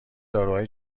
داروهای